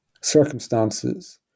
circumstances